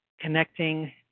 connecting